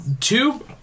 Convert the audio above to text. two